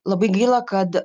labai gaila kad